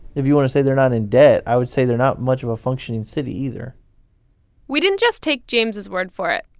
if you want to say they're not in debt, i would say they're not much of a functioning city either we didn't just take james' word for it.